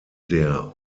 der